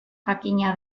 jakina